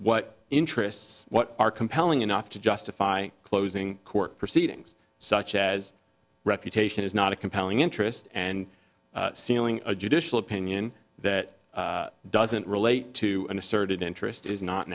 what interests what are compelling enough to justify closing court proceedings such as reputation is not a compelling interest and sealing a judicial opinion that doesn't relate to an asserted interest is not